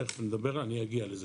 תיכף נדבר, אני אגיע לזה.